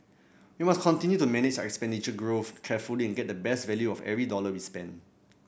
we must continue to manage our expenditure growth carefully and get the best value of every dollar we spend